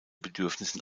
bedürfnissen